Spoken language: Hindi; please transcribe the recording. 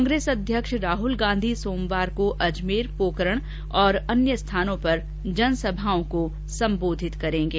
कांग्रेस अध्यक्ष राहल गांधी सोमवार को अजमेर पोकरण तथा अन्य स्थानों पर जनसभाओं को सम्बोधित करेंगे